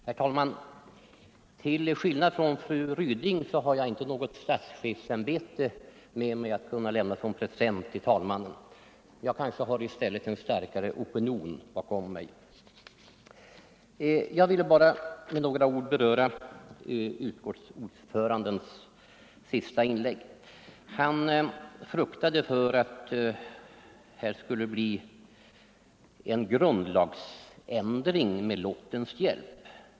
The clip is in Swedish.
Herr talman! Till skillnad från fru Ryding har jag inte något statschefsämbete med mig att lämna som present till talmannen. I stället har jag kanske en starkare opinion bakom mig. Jag vill bara med några ord beröra utskottsordförandens inlägg nyss. Han fruktade för att här skulle bli en grundlagsändring med lottens hjälp.